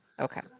Okay